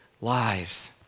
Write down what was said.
lives